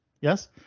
yes